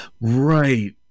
Right